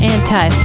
Anti